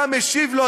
אתה משיב לו,